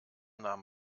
nahm